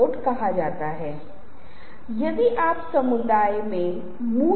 तो यह वह सीमा है जिसके भीतर मैं रहता हूं